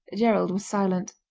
gerald was silent.